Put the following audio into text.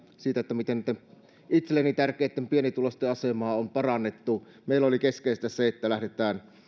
siitä miten näitten itselleni tärkeitten pienituloisten asemaa on parannettu meille oli keskeistä se että lähdetään